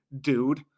dude